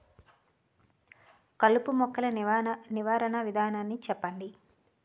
కలుపు మొక్కలు నివారణ విధానాన్ని చెప్పండి?